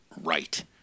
right